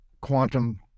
quantum